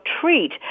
treat